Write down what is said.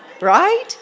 right